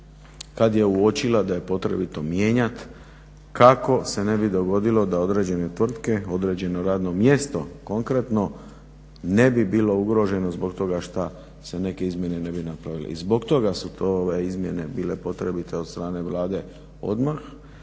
kad je uočila da je potrebito mijenjat kako se ne bi dogodilo da određene tvrtke, određeno radno mjesto konkretno ne bi bilo ugroženo zbog toga šta se ne bi neke izmjene ne bi napravile. I zbog toga su to ove izmjene bile potrebite od strane Vlade odmah